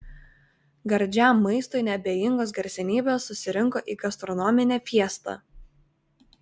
gardžiam maistui neabejingos garsenybės susirinko į gastronominę fiestą